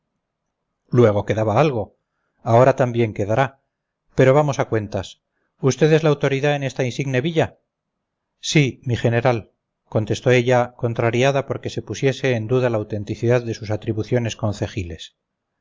luego quedaba algo ahora también quedará pero vamos a cuentas usted es la autoridad en esta insigne villa sí mi general contestó ella contrariada porque se pusiese en duda la autenticidad de sus atribuciones concejiles